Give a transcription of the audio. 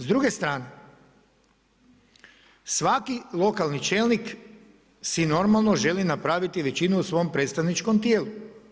S druge strane, svaki lokalni čelnik si normalno želi napraviti većinu u svom predstavničkom tijelu.